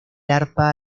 arpa